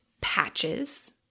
patches